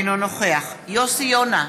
אינו נוכח יוסי יונה,